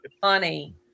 funny